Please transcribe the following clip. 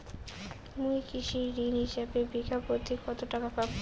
মুই কৃষি ঋণ হিসাবে বিঘা প্রতি কতো টাকা পাম?